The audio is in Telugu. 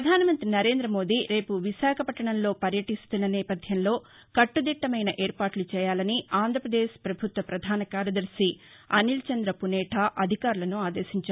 ప్రపధాన మంతి నరేంద్ర మోదీ రేపు విశాఖపట్టణంలో పర్యటీస్తున్న నేపథ్యంలో కట్టుదిట్టమైన ఏర్పాట్లు చేయాలని ఆంధ్రప్రదేశ్ పభుత్వ ప్రధాన కార్యదర్భి అనిల్ చంద్ర పునేఠా అధికారులను ఆదేశించారు